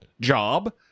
job